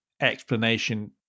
explanation